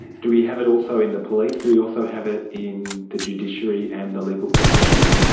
do we have it also in the police, do we also have it in the judiciary and the legal profession?